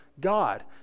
God